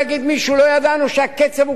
עכשיו ראינו את הקצב לנגד עינינו.